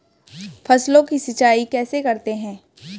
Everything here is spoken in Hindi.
फसलों की सिंचाई कैसे करते हैं?